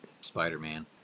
Spider-Man